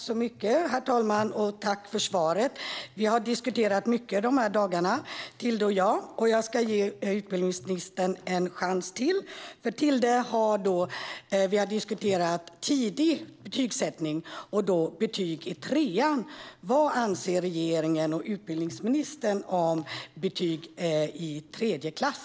Herr talman! Tack för svaret! Vi har diskuterat mycket de här dagarna, Tilde och jag, och jag ska ge utbildningsministern en chans till. Vi har även diskuterat tidig betygsättning, det vill säga betyg i trean. Vad anser regeringen och utbildningsministern om betyg i tredje klass?